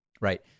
Right